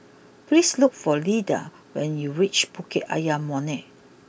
please look for Ilda when you reach Bukit Ayer Molek